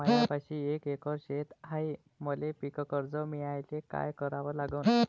मायापाशी एक एकर शेत हाये, मले पीककर्ज मिळायले काय करावं लागन?